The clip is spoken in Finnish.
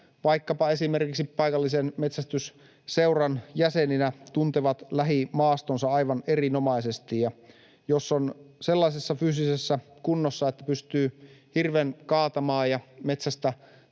vaikkapa esimerkiksi paikallisen metsästysseuran jäseninä tuntevat lähimaastonsa aivan erinomaisesti. Jos on sellaisessa fyysisessä kunnossa, että pystyy hirven kaatamaan ja metsästä